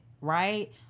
right